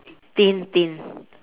thin thin